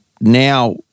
Now